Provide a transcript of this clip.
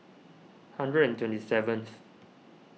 hundred and twenty seventh